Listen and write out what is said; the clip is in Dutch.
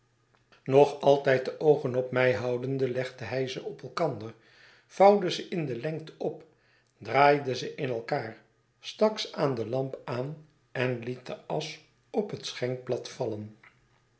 nog altijd de oogen op mij houdende legde hij ze op elkander vouwde ze in de lengte op draaide ze in elkaar stak ze aan de lamp aan en liet de asch op het